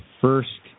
first